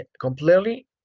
completely